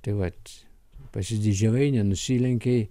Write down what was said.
tai vat pasididžiavai nenusilenkei